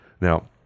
now